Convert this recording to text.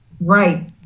right